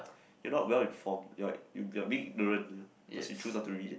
you're not well informed you're you're being ignorant you know cause you chose not to read